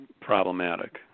problematic